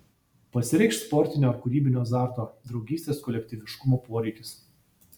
pasireikš sportinio ar kūrybinio azarto draugystės kolektyviškumo poreikis